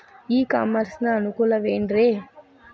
E commerce ನ ಅನುಕೂಲವೇನ್ರೇ?